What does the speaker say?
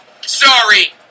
Sorry